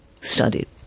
studied